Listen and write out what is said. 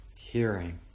hearing